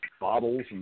bottles